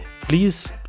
Please